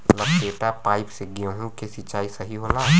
लपेटा पाइप से गेहूँ के सिचाई सही होला?